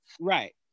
right